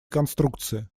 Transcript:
конструкции